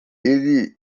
ele